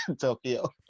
Tokyo